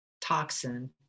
toxin